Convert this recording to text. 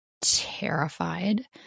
terrified